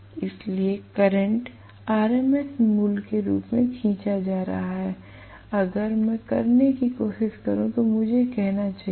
इसलिए current RMS मूल्य के रूप में खींचा जा रहा है अगर मैं करने की कोशिश करूं तो मुझे कहना चाहिए